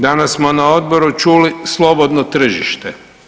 Danas smo na odboru čuli slobodno tržište.